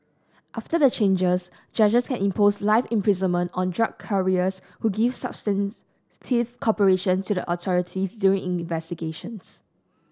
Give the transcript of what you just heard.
after the changes judges can impose life imprisonment on drug couriers who give substantive cooperation to the authorities during investigations